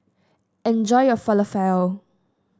enjoy your Falafel